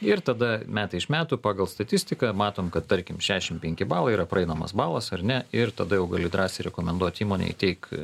ir tada metai iš metų pagal statistiką matom kad tarkim šešiasdešimt penki balai yra praeinamas balas ar ne ir tada jau gali drąsiai rekomenduot įmonei teik